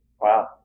wow